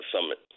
summit